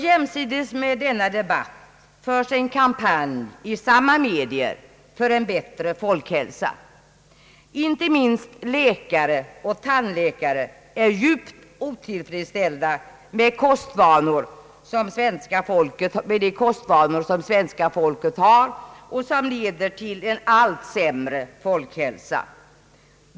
Jämsides med denna debatt förs i samma medier en kampanj för en bättre folkhälsa. Inte minst läkare och tandläkare är djupt otillfredsställda med de kostvanor som svenska folket har och som leder till en allt sämre folkhälsa.